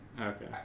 Okay